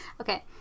Okay